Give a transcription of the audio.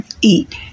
eat